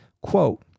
Quote